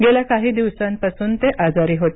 गेल्या काही दिवसांपासून ते आजारी होते